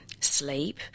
sleep